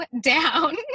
down